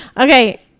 Okay